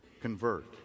convert